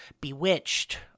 bewitched